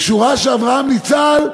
וכשהוא ראה שאברהם ניצל,